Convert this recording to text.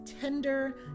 tender